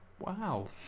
Wow